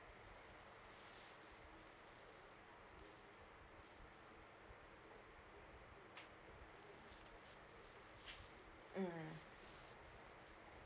mm